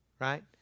right